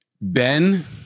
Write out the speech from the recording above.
Ben